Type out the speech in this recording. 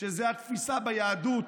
זו התפיסה ביהדות.